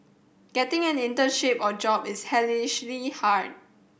getting an internship or job is hellishly hard